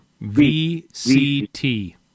V-C-T